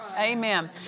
Amen